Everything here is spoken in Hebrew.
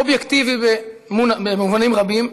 אובייקטיבי במובנים רבים,